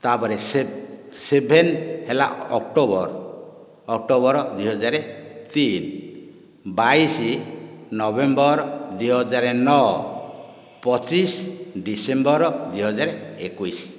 ତାପରେ ସେଭ ସେଭେନ ହେଲା ଅକ୍ଟୋବର ଅକ୍ଟୋବର ଦୁଇହଜାର ତିନି ବାଇଶି ନଭେମ୍ବର ଦୁଇହଜାରେ ନଅ ପଚିଶ ଡିସେମ୍ବର ଦୁଇ ହଜାର ଏକୋଇଶି